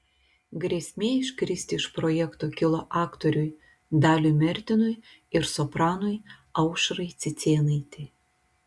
grėsmė iškristi iš projekto kilo aktoriui daliui mertinui ir sopranui aušrai cicėnaitei